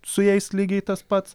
su jais lygiai tas pats